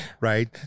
Right